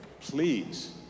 please